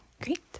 Great